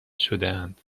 شدهاند